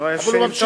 אבל הוא ממשיך,